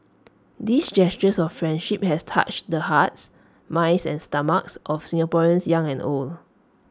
these gestures of friendship has touched the hearts minds and stomachs of Singaporeans young and old